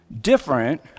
different